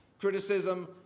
criticism